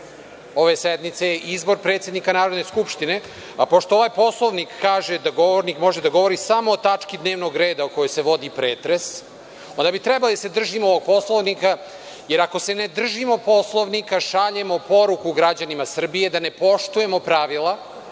ove sednice je izbor predsednika Narodne skupštine. Pošto ovaj Poslovnik kaže da govornik može da govori samo o tački dnevnog reda o kojoj se vodi pretres, onda bi trebali da se držimo Poslovnika, jer ako se ne držimo Poslovnika šaljemo poruku građanima Srbije da ne poštujemo pravila,